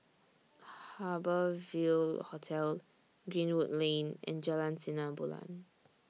Harbour Ville Hotel Greenwood Lane and Jalan Sinar Bulan